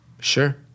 Sure